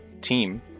team